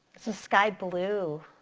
the sky blue?